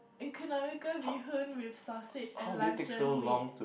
economical bee hoon with sausage and luncheon meat